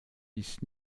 ist